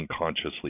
unconsciously